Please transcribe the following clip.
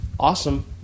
Awesome